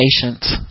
patience